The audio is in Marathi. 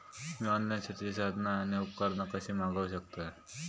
मी ऑनलाईन शेतीची साधना आणि उपकरणा कशी मागव शकतय?